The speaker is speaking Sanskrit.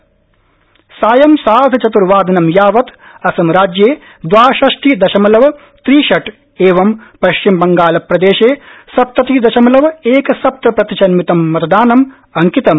मतदानम् सायं सार्धचतुर्वादनं यावत असम राज्ये दवाषष्टि दशमलव त्रि षट एवं पश्चिमबंगालप्रदेशे सप्तति दशमलव एक सप्त प्रतिशन्मितं मतदानम् अंकितम्